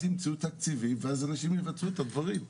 ימצאו תקציבים ואז אנשים יבצעו את הדברים.